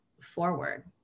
forward